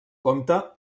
compte